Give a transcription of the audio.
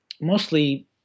mostly